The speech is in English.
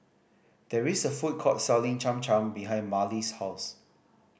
there is a food court selling Cham Cham behind Marlys' house